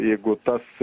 jeigu tas